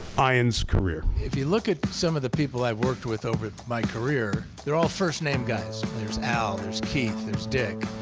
either. ian's career. if you look at some of the people i've worked with over my career, they're all first name guys. there's al, there's keith, there's dick,